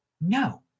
No